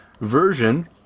version